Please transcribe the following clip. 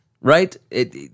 right